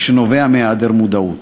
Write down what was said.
שנובע מהיעדר מודעות.